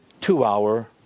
two-hour